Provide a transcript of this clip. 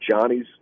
Johnny's